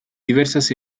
diversas